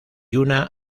una